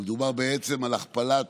מדובר בעצם על הכפלת